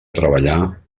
treballar